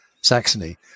Saxony